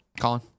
Colin